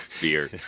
beer